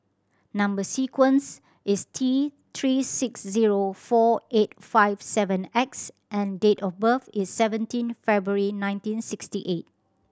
number sequence is T Three six zero four eight five seven X and date of birth is seventeen February nineteen sixty eight